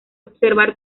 observar